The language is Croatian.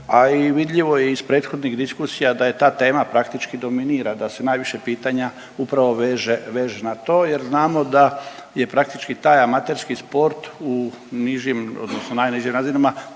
a i vidljivo je iz prethodnih diskusija da je ta tema praktički dominira, da se najviše pitanja upravo veže, veže na to jer znamo da je praktički taj amaterski sport u nižim odnosno